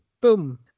boom